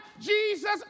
Jesus